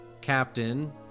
captain